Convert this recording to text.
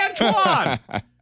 Antoine